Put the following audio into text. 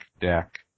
deck